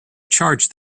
charge